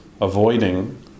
avoiding